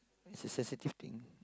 it's a sensitive thing